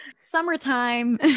Summertime